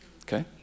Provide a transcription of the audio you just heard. Okay